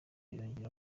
yongeye